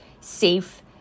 safe